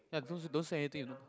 ya those those anything you know